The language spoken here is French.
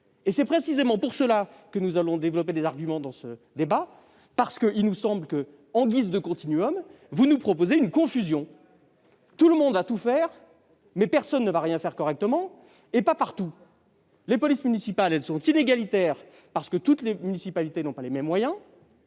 C'est précisément la raison pour laquelle nous allons développer des arguments dans ce débat. Il nous semble que, en guise de continuum, vous nous proposez une confusion. Tout le monde va tout faire, mais personne ne va rien faire correctement, et pas partout ! Les polices municipales sont inégalitaires, parce que toutes les municipalités n'ont pas les mêmes moyens.